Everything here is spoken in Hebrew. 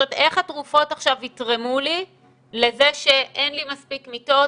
זאת אומרת איך התרופות עכשיו יתרמו לי לזה שאין לי מספיק מיטות,